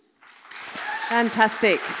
Fantastic